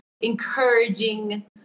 Encouraging